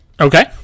Okay